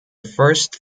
first